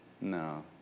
no